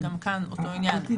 גם כאן אותו עניין.